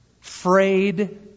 frayed